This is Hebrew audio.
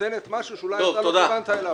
נותנת משהו שאולי לא כיוונת אליו.